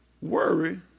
worry